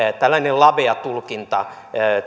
tällainen lavea tulkinta